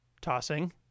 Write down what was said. tossing